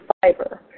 fiber